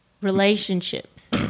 Relationships